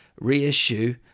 reissue